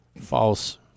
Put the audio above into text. False